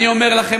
אני אומר לכם,